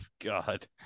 God